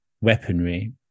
weaponry